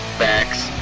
facts